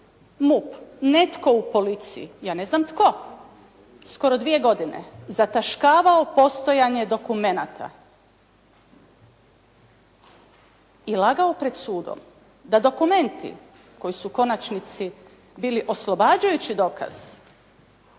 MUP, netko u policiji, ja ne znam tko, skoro dvije godine zataškavao postojanje dokumenata i lagao pred sudom da dokumenti koji su u konačnici bili oslobađajući dokaz